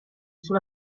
sulla